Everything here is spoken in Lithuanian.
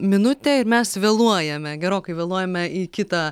minutė ir mes vėluojame gerokai vėluojame į kitą